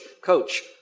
coach